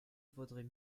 vaudrait